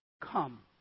come